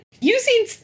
using